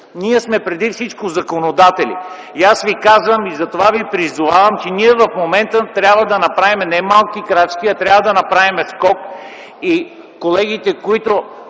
Ние сме преди всичко законодатели. И аз Ви казвам, и затова ви призовавам, че ние в момента трябва да направим не малки крачки, а трябва да направим скок. Колегите, които